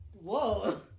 whoa